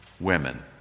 women